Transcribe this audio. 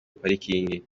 parikingi